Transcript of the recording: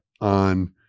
on